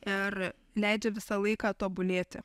ir leidžia visą laiką tobulėti